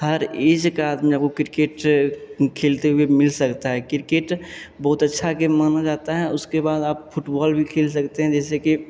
हर age का आदमी आपको किरकेट खेलते हुए मिल सकता है किरकेट बहुत अच्छा गेम माना जाता है उसके बाद आप फुटबॉल भी खेल सकते हैं जैसे कि